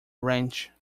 ranch